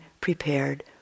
prepared